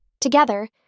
Together